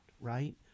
right